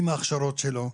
עם ההכשרות שלו.